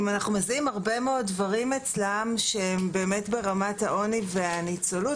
אנחנו מזהים אצלם הרבה מאוד דברים שהם ברמת העוני והניצולות.